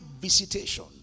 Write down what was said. visitation